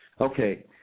Okay